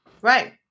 Right